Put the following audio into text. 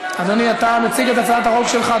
אדוני, אתה מציג את הצעת החוק שלך.